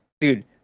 Dude